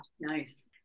nice